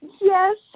Yes